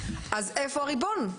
אז איפה הריבון?